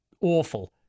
awful